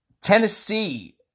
Tennessee